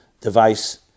device